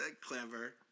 clever